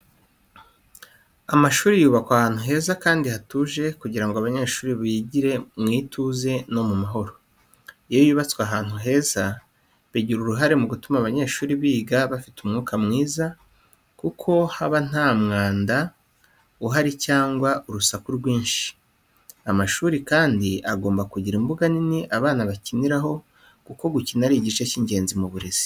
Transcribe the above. Amashuri yubakwa ahantu heza kandi hatuje kugira ngo abanyeshuri bigire mu ituze no mu mahoro. Iyo yubatswe ahantu heza, bigira uruhare mu gutuma abanyeshuri biga bafite umwuka mwiza, kuko haba nta mwanda uhari cyangwa urusaku rwinshi. Amashuri kandi agomba kugira imbuga nini abana bakiniramo, kuko gukina ari igice cy'ingenzi mu burezi.